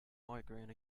migraine